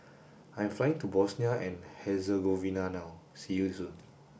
I am flying to Bosnia and Herzegovina now see you soon